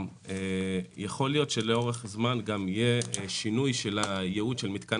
יכול להיות שלאורך זמן גם יהיה שינוי הייעוד של מתקן